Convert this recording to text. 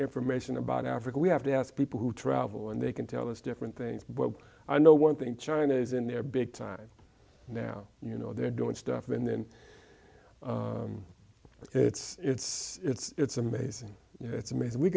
information about africa we have to ask people who travel and they can tell us different things but i know one thing china is in their big time now you know they're doing stuff and then it's it's amazing it's amazing we